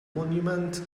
monument